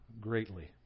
greatly